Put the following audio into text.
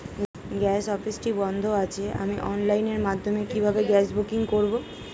Gas অফিসটি বন্ধ আছে আমি অনলাইনের মাধ্যমে কিভাবে গ্যাস বুকিং করব?